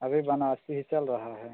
अभी बनारसी ही चल रहा है